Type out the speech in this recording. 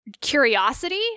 curiosity